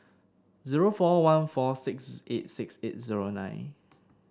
zero four one four six eight six eight zero nine